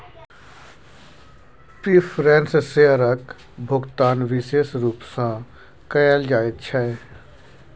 preference शेयरक भोकतान बिशेष रुप सँ कयल जाइत छै